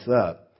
up